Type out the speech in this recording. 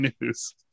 news